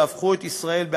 והפכו את ישראל,